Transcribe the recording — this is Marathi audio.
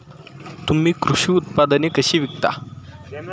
तुम्ही कृषी उत्पादने कशी विकता?